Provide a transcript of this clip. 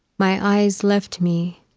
my eyes left me,